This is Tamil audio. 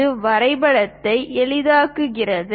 இது வரைபடத்தை எளிதாக்குகிறது